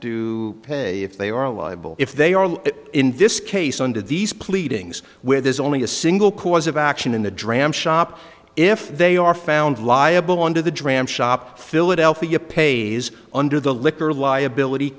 to pay if they are liable if they are in this case under these pleadings where there's only a single cause of action in the dram shop if they are found liable under the dram shop philadelphia pays under the liquor liability